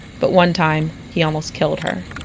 but one time, he almost killed her.